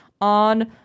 on